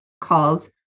calls